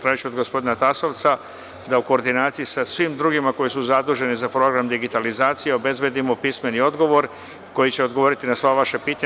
Tražiću od gospodina Tasovca da u koordinaciji sa svim drugima koji su zaduženi za program digitalizacije obezbedimo pismeni odgovor kojim ćemo odgovoriti na sva vaša pitanja.